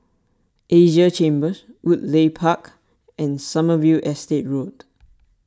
Asia Chambers Woodleigh Park and Sommerville Estate Road